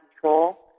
control